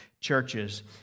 churches